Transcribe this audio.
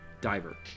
diver